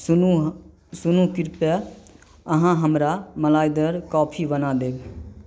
सुनू सुनू कृपया अहाँ हमरा मलाइदार कॉफी बना देब